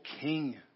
king